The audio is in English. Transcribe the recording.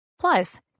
Plus